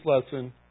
lesson